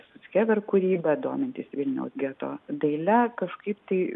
suckever kūryba domintis vilniaus geto daile kažkaip tai